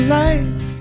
life